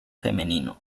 femenino